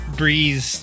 breeze